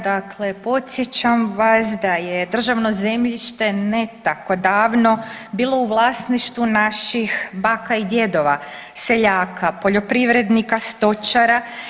Dakle, podsjećam vas da je državno zemljište ne tako davno bilo u vlasništvu naših baka i djedova, seljaka, poljoprivrednika, stočara.